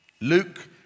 Luke